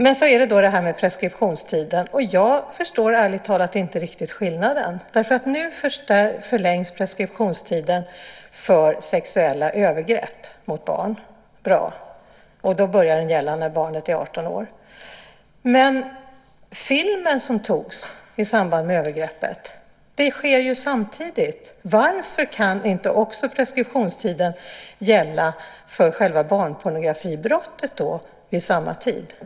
Men så är det då detta med preskriptionstiden. Jag förstår ärligt talat inte riktigt skillnaden. Nu förlängs preskriptionstiden för sexuella övergrepp mot barn. Det är bra. Den börjar gälla när barnet är 18 år. Men filmen som togs i samband med övergreppet togs ju samtidigt. Varför kan inte också preskriptionstiden gälla för själva barnpornografibrottet vid samma tillfälle?